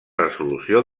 resolució